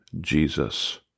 Jesus